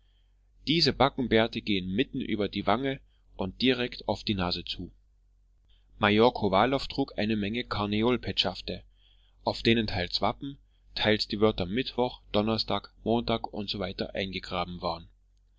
diese backenbärte gehen mitten über die wange und direkt auf die nase zu major kowalow trug eine menge karneolpetschafte auf denen teils wappen teils die wörter mittwoch donnerstag montag usw eingegraben waren